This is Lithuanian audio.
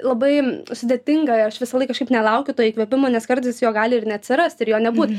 labai sudėtinga aš visąlaik kažkaip nelaukiu to įkvėpimo nes kartais jo gali ir neatsirast ir jo nebūt